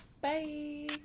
Bye